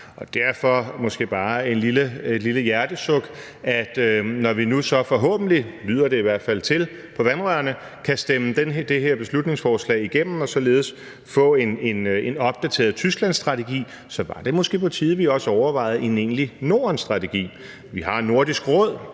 bare komme med et lille hjertesuk. Når vi nu forhåbentlig – det lyder det i hvert fald til på vandrørene – kan stemme det her beslutningsforslag igennem og således få en opdateret Tysklandsstrategi, så var det måske på tide, at vi også overvejede en egentlig Nordenstrategi. Vi har Nordisk Råd,